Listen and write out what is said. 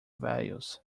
values